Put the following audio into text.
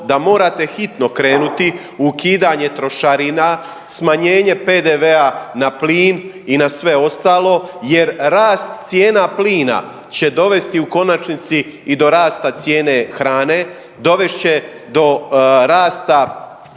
da morate hitno krenuti u ukidanje trošarina, smanjenje PDV-a na plin i na sve ostalo jer rast cijena plina će dovesti u konačnici i do rasta cijene hrane. Dovest će do rasta